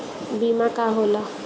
बीमा का होला?